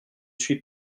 suis